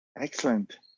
Excellent